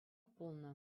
пулнӑ